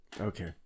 okay